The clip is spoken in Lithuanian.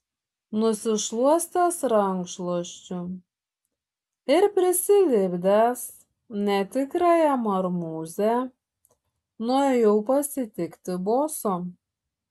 nusišluostęs rankšluosčiu ir prisilipdęs netikrąją marmūzę nuėjau pasitikti boso